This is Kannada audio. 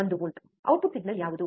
1 ವೋಲ್ಟ್ ಔಟ್ಪುಟ್ ಸಿಗ್ನಲ್ ಯಾವುದು